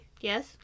Yes